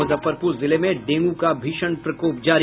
मुजफ्फरपुर जिले में डेंगू का भीषण प्रकोप जारी